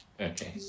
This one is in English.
Okay